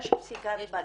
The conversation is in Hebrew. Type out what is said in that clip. יש פסיקת בג"צ.